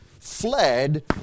...fled